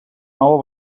nova